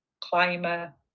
climber